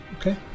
Okay